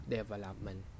Development